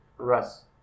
Russ